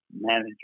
manager